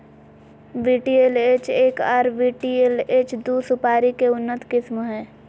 VTLH एक आर VTLH दू सुपारी के उन्नत किस्म हय